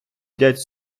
їдять